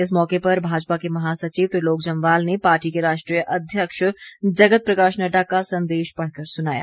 इस मौके पर भाजपा के महासचिव त्रिलोक जम्मवाल ने पार्टी के राष्ट्रीय अध्यक्ष जगत प्रकाश नड्डा का संदेश पढ़कर सुनाया